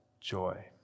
joy